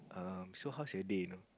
um so hows your day know